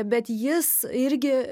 bet jis irgi